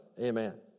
Amen